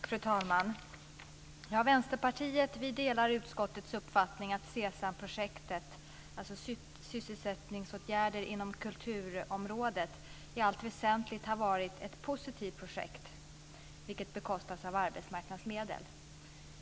Fru talman! Vänsterpartiet delar utskottets uppfattning att SESAM-projektet - alltså sysselsättningsåtgärder inom kulturområdet - i allt väsentligt har varit ett positivt projekt, som bekostats av arbetsmarknadsmedel.